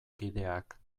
kideak